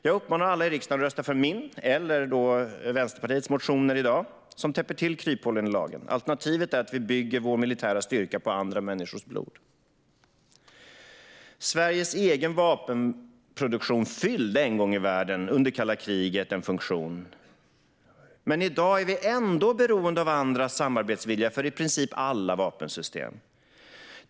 Jag uppmanar alla i riksdagen att i dag rösta för min eller Vänsterpartiets motion, som täpper till kryphålen i lagen. Alternativet är att vi bygger vår militära styrka på andra människors blod. Sveriges egen vapenproduktion fyllde en gång i världen, under kalla kriget, en funktion. Men i dag är vi beroende av andras samarbetsvilja för i princip alla vapensystem.